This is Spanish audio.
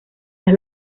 las